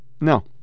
No